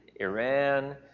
Iran